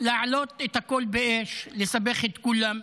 להעלות את הכול באש, לסבך את כולם,